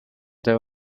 der